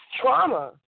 trauma